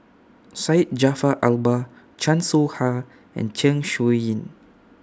Syed Jaafar Albar Chan Soh Ha and Zeng Shouyin